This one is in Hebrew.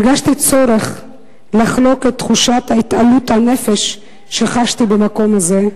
הרגשתי צורך לחלוק את תחושת התעלות הנפש שחשתי במקום זה,